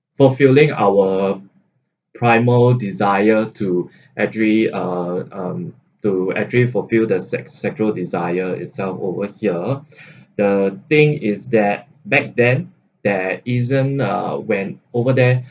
fulfilling our primal desire to actually uh um to actually fulfill the sex sexual desire itself over here the thing is that back then there isn't uh when over there